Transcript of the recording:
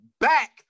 back